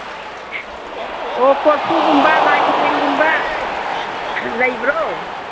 ꯑꯣ ꯀꯣꯔꯐꯨꯒꯨꯝꯕ ꯂꯥꯏ ꯈꯨꯗꯦꯡꯒꯨꯝꯕ ꯂꯩꯕ꯭ꯔꯣ